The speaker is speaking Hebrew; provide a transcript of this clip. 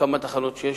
שש תחנות,